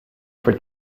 for